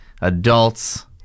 adults